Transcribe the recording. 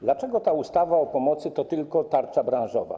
Dlaczego ta ustawa o pomocy to tylko tarcza branżowa?